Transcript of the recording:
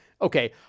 okay